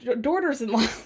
daughters-in-law